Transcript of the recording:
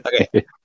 Okay